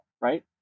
right